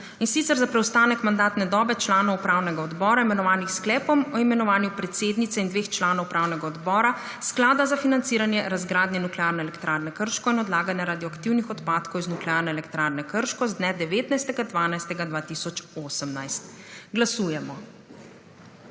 in sicer za preostanek mandatne dobe članov upravnega odbora imenovanih s sklepom o imenovanju predsednice in dveh članov upravnega odbora Sklada za financiranje razgradnje Nuklearne elektrarne Krško in odlaganje radioaktivnih odpadkov iz Nuklearne elektrarne Krško z dne 19. 12. 2018. Glasujemo.